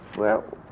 well,